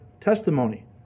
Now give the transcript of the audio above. testimony